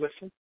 listen